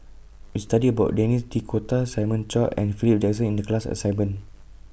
We studied about Denis D'Cotta Simon Chua and Philip Jackson in The class assignment